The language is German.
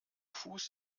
fuß